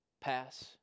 pass